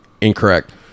incorrect